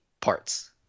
parts